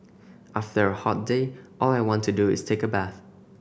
after a hot day all I want to do is take a bath